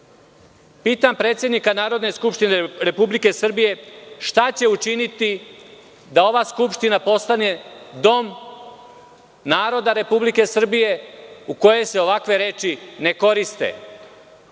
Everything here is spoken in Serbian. predsednika Narodne skupštine Republike Srbije šta će učiniti da ova Skupština postane dom naroda Republike Srbije u kojem se ovakve reči ne koriste?